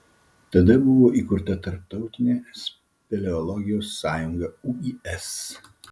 tada buvo įkurta tarptautinė speleologijos sąjunga uis